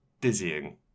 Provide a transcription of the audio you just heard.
dizzying